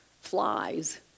flies